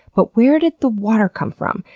but where did the water come from?